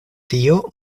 tio